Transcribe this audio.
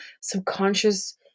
subconscious